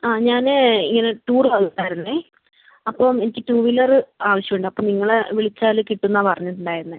ആ ഞാൻ ഇങ്ങനെ ടൂർ വന്നതായിരുന്നേ അപ്പം എനിക്ക് ടു വീലർ ആവശ്യമുണ്ട് അപ്പം നിങ്ങളെ വിളിച്ചാൽ കിട്ടും എന്നാണ് പറഞ്ഞിട്ടുണ്ടായിരുന്നത്